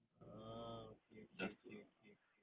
ah okay okay okay okay